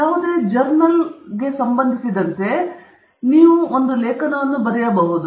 ಯಾವುದೇ ಸಂದರ್ಭದಲ್ಲಿ ಜರ್ನಲ್ ಆರ್ಟಿಕಲ್ಗಳಿಗೆ ಸಂಬಂಧಿಸಿದಂತೆ ನಾವು ಈ ವಿಷಯವನ್ನು ಹೆಚ್ಚು ಕೇಂದ್ರೀಕೃತ ರೀತಿಯಲ್ಲಿ ಮುಂದುವರಿಸುತ್ತೇವೆ